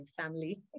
family